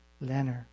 Leonard